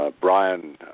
Brian